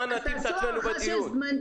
את הזמן נתאים בדיון.